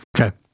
Okay